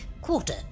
quarter